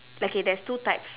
like K there's two types